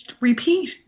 repeat